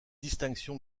distinction